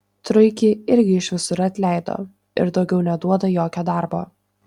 truikį irgi iš visur atleido ir daugiau neduoda jokio darbo